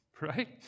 right